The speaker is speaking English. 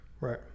right